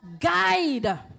guide